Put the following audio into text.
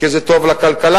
כי זה טוב לכלכלה,